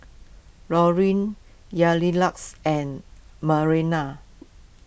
Laureen Yamilex and Marianna